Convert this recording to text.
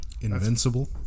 Invincible